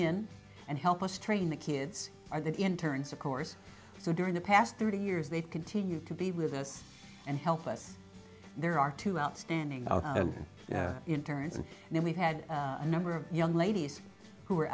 in and help us train the kids are the interns of course so during the past thirty years they've continued to be with us and help us there are two outstanding interns and then we've had a number of young ladies who are